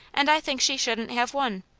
and i think she shouldn't have one.